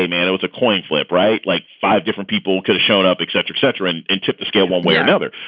and and was a coin flip. right. like five different people showed up, et cetera, et cetera. and and tip the scale one way or another.